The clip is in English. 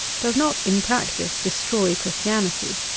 does not in practice destroy christianity.